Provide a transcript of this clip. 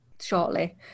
shortly